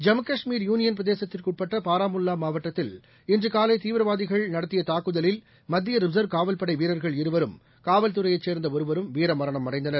Jammu Kashmir union பிரதேசத்திற்குஉட்பட்டபாரமுல்லாமாவட்டத்தில் இன்றுகாலைதீவிரவாதிகள் நடத்தியதாக்குதலில் மத்தியரிசர்வ் காவல் படைவீரர்கள் இருவரும் காவல்துறையைச் சேர்ந்தஒருவரும் வீரமரணம் அடைந்தனர்